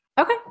Okay